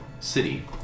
city